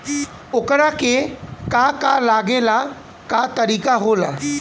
ओकरा के का का लागे ला का तरीका होला?